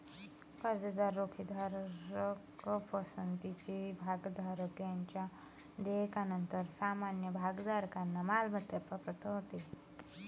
कर्जदार, रोखेधारक, पसंतीचे भागधारक यांच्या देयकानंतर सामान्य भागधारकांना मालमत्ता प्राप्त होते